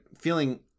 feeling